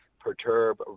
perturb